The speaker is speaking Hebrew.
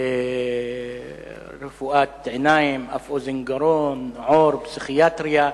רפואת עיניים, אף-אוזן-גרון, עור, פסיכיאטריה.